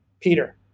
Peter